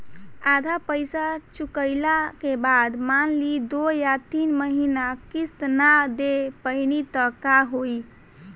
आधा पईसा चुकइला के बाद मान ली दो या तीन महिना किश्त ना दे पैनी त का होई?